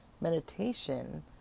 meditation